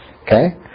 Okay